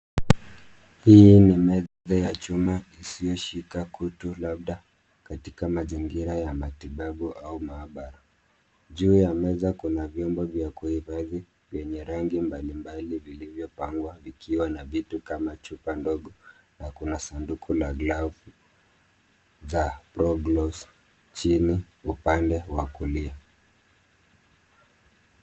Hii ni meza ya chuma isiyoshika kutu labda katika mazingira ya matibabu au maabara. Juu ya meza kuna vyombo vya kuhifadhi, vyenye rangi mbali mbali vilivyopangwa vikiwa na vitu kama chupa ndogo na kuna sanduku la glavu za Pro-gloves chini upande wa kulia.